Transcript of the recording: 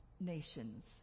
nations